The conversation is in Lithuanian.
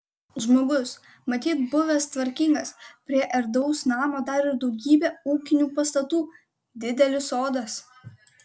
žmogus matyt buvęs tvarkingas prie erdvaus namo dar ir daugybė ūkinių pastatų didelis sodas